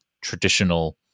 traditional